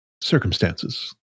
circumstances